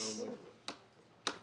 "(יב)